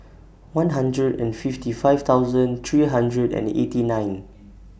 one hundred and fifty five thousand three hundred and eighty nine